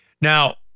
Now